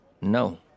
No